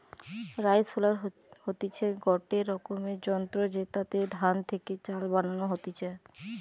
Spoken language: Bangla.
রাইসহুলার হতিছে গটে রকমের যন্ত্র জেতাতে ধান থেকে চাল বানানো হতিছে